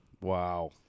Wow